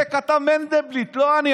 את זה כתב מנדלבליט, לא אני.